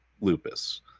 Lupus